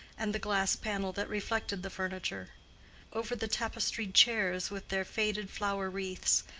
and the glass panel that reflected the furniture over the tapestried chairs with their faded flower-wreaths,